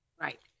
Right